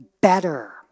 better